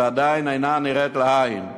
והיא עדיין אינה נראית לעין.